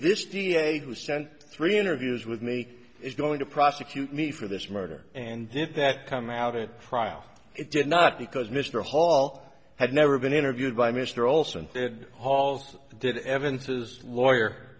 this d a who sent three interviews with me is going to prosecute me for this murder and did that come out it prior it did not because mr hall had never been interviewed by mr olson hall's did evidences lawyer